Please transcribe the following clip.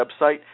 website